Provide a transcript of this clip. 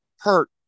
hurt